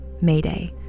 Mayday